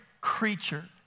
creature